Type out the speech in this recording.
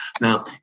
Now